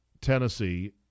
Tennessee